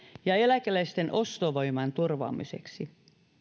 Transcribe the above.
ja eläkeläisten ostovoiman turvaamiseksi